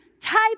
type